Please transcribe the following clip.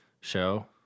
show